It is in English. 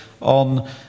on